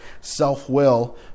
self-will